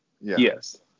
Yes